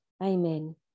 amen